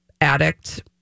addict